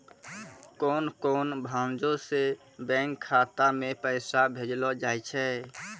कोन कोन भांजो से बैंक खाता मे पैसा भेजलो जाय छै?